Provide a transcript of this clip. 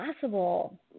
possible